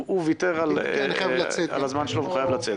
יענה עליהן במרוכז.